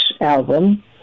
album